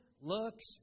looks